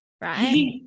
right